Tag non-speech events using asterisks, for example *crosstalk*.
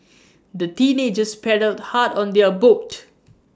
*noise* the teenagers paddled hard on their boat